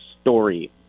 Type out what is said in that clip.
story